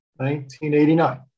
1989